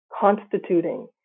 constituting